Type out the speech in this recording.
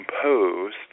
composed